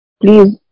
please